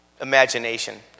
imagination